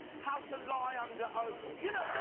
how to lie under oath. you know,